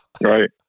right